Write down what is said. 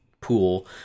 pool